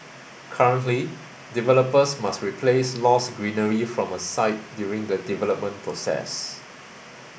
currently developers must replace lost greenery from a site during the development process